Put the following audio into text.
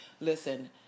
Listen